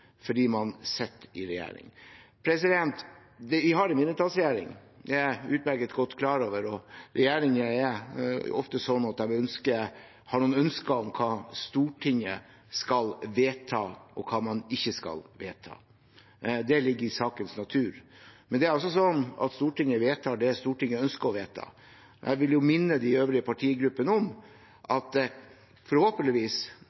fordi man sitter i regjering. Vi har en mindretallsregjering – det er jeg utmerket godt klar over – og regjeringer er ofte slik at de har noen ønsker om hva Stortinget skal vedta, og hva man ikke skal vedta. Det ligger i sakens natur, men Stortinget vedtar det som Stortinget ønsker å vedta. Jeg vil minne de øvrige partigruppene om